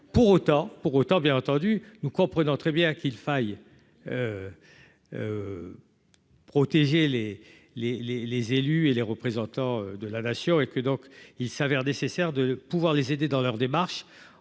pour autant, bien entendu, nous comprenons très bien qu'il faille. Protéger les, les, les, les élus et les représentants de la nation et que donc il s'avère nécessaire de pouvoir les aider dans leurs démarches,